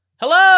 Hello